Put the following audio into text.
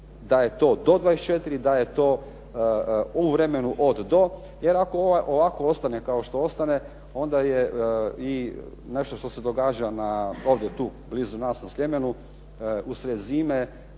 da je to do 24 da je to u vremenu od do, jer ako ovako kao što ostane onda je i nešto što se događa ovdje tu blizu nas na Sljemenu usred zime